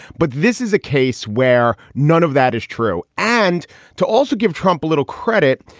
but this is a case where none of that is true. and to also give trump a little credit,